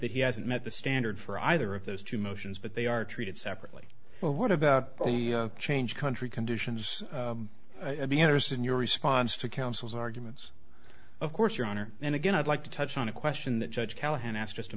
that he hasn't met the standard for either of those two motions but they are treated separately what about change country conditions i'd be interested in your response to counsel's arguments of course your honor and again i'd like to touch on a question that judge callahan asked just a